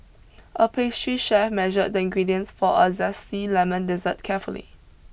a pastry chef measured the ingredients for a zesty lemon dessert carefully